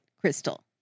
Crystal